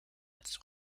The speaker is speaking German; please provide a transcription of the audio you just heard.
als